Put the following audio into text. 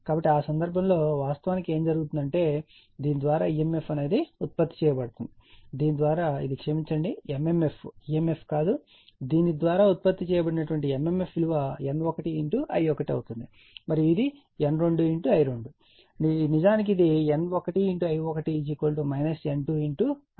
కాబట్టి ఆ సందర్భంలో వాస్తవానికి ఏమి జరుగుతుందంటే దీని ద్వారా emf ఉత్పత్తి చేస్తుంది దీని ద్వారా ఇది క్షమించండి mmf emf కాదు దీని ద్వారా ఉత్పత్తి చేయబడిన mmf N1I1 అవుతుంది మరియు ఇది N2 I2 అవుతుంది నిజానికి ఇది N1 I1 N2 I2 గా ఉంటుంది ఇది ఇలాంటిదే ఇది